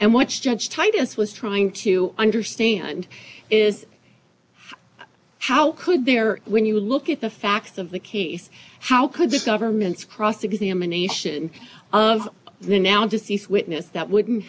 and watched judge titus was trying to understand is how could there when you look at the facts of the case how could this government's cross examination of the now deceased witness that wouldn't